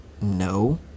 No